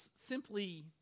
simply